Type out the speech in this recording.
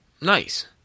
nice